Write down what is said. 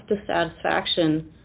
dissatisfaction